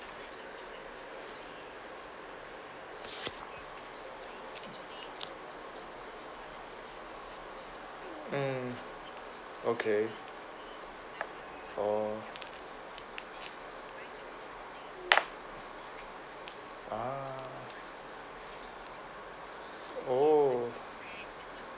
mm okay oh ah oh